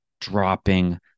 dropping